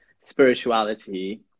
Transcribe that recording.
Spirituality